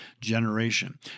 generation